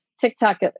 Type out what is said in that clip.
TikTok